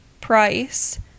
price